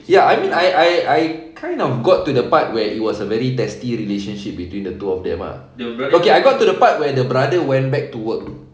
ya I mean I I I kind of got to the part where it was a very testy relationship between the two of them ah okay I got to the part where the brother went back to work